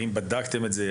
האם בדקתם את זה?